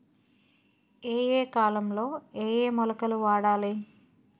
ఏయే కాలంలో ఏయే మొలకలు వాడాలి?